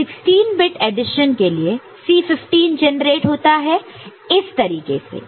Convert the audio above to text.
तो 16 bit addition के लिए C15 जनरेट होता है इस तरीके से